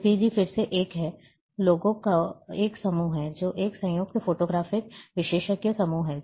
JPEG फिर से एक है लोगों का एक समूह है जो एक संयुक्त फोटोग्राफिक विशेषज्ञ समूह है